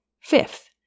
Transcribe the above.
Fifth